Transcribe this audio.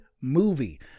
movie